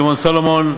שמעון סולומון,